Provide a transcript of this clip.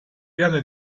piana